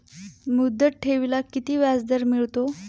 मुदत ठेवीला किती व्याजदर मिळतो?